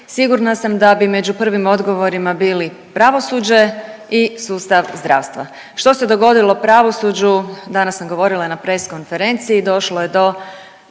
sigurna sam da bi među prvim odgovorima bili pravosuđe i sustav zdravstva. Što se dogodilo pravosuđu danas sam govorila na press konferenciji,